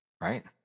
right